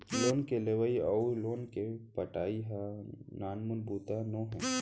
loan के लेवइ अउ लोन के पटाई ह नानमुन बात नोहे